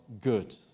good